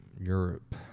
Europe